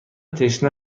تشنه